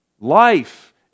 Life